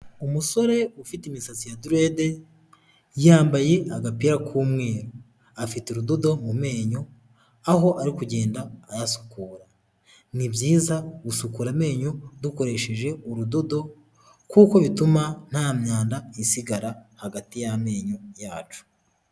Umusore ufite imisatsi ya direde yambaye agapira k'umweru afite urudodo mu menyo aho ari kugenda ayasukura, ni byiza gusukura amenyo dukoresheje urudodo kuko bituma nta myanda isigara hagati y'amenyo yacu.